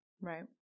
Right